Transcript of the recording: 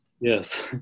Yes